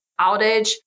outage